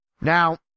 Now